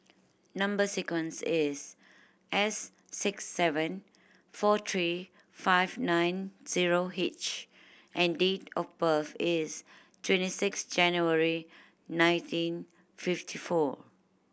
number sequence is S six seven four three five nine zero H and date of birth is twenty six January nineteen fifty four